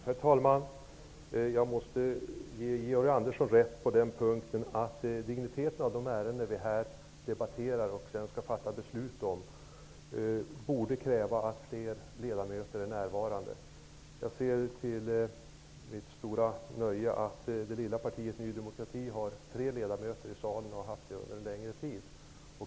Herr talman! Jag måste ge Georg Andersson rätt i att digniteten i de ärenden som vi nu debatterar och sedan skall fatta beslut om borde kräva att fler ledamöter är närvarande. Till mitt stora nöje ser jag att det från det lilla partiet Ny demokrati finns tre ledamöter i salen. Vi har varit här under en längre tid.